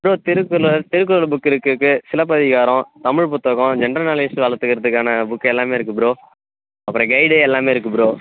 bro Thirukkural Thirukkural book இருக்குது கு சிலப்பதிகாரம் தமிழ் புத்தகம் ஜென்ட்ரல் நாலேஜ் வளர்த்துக்கிறதுக்கான புக்கு எல்லாமே இருக்குது ப்ரோ அப்புறம் கைடு எல்லாமே இருக்குது ப்ரோ